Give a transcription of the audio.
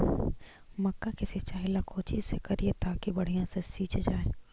मक्का के सिंचाई ला कोची से करिए ताकी बढ़िया से सींच जाय?